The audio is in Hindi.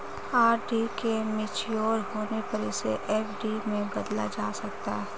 आर.डी के मेच्योर होने पर इसे एफ.डी में बदला जा सकता है